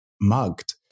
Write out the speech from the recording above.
mugged